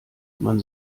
man